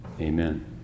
Amen